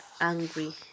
angry